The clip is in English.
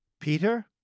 Peter